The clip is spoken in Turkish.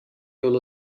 yol